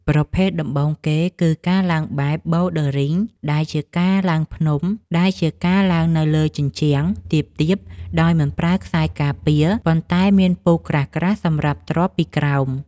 ប្រភេទដំបូងគេគឺ ការឡើងបែបប៊ូលឌើរីង ដែលជាការឡើងនៅលើជញ្ជាំងទាបៗដោយមិនប្រើខ្សែការពារ ប៉ុន្តែមានពូកក្រាស់ៗសម្រាប់ទ្រាប់ពីខាងក្រោម។